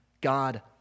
God